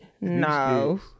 No